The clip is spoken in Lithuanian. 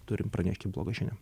turim pranešti blogą žinią